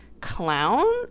clown